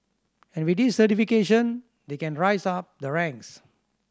and with this certification they can rise up the ranks